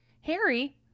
Harry